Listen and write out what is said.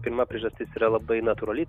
pirma priežastis yra labai natūrali